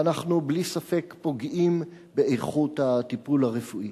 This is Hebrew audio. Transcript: ואנחנו בלי ספק פוגעים באיכות הטיפול הרפואי.